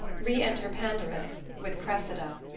re-enter pandarus with cressida